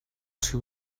two